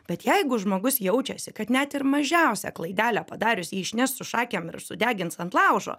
bet jeigu žmogus jaučiasi kad net ir mažiausią klaidelę padarius jį išneš su šakėm ir sudegins ant laužo